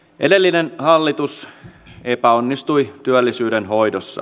edellinen hallitus epäonnistui työllisyyden hoidossa